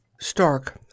Stark